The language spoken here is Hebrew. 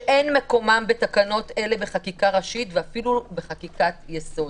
שאין מקומם בתקנות אלה בחקיקה ראשית ואפילו בחקיקת יסוד.